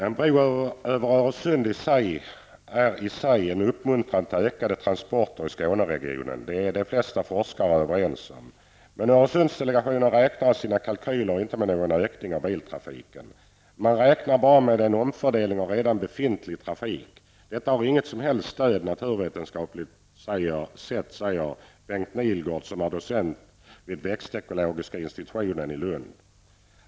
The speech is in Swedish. En bro över Öresund är i sig en uppmuntran till ökade transporter i Skåneregionen. Det är de flesta forskare överens om. Men Öresundsdelegationen räknar i sina kalkyler inte med någon ökning av biltrafiken. Man räknar bara med en omfördelning av redan befintlig trafik. Detta har inget som helst stöd naturvetenskapligt sett, säger Bengt Nihlgård, som är docent vid växtekologiska institutionen i Lund.